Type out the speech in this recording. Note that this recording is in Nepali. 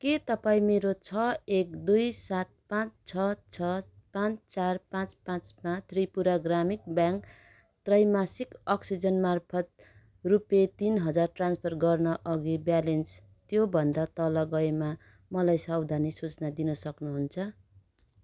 के तपाईँ मेरो छ एक दुई सात पाँच छ छ पाँच चार पाँच पाँचमा त्रिपुरा ग्रामीण ब्याङ्क त्रैमासिक अक्सिजेन मार्फत रुपे तिन हजार ट्रान्सफर गर्न अगि ब्यालेन्स त्यो भन्दा तल गएमा मलाई सावधानी सूचना दिन सक्नु हुन्छ